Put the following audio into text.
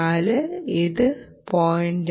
4 ഇത് 0